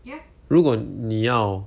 如果你要